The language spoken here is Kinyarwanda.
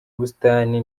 ubusitani